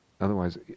Otherwise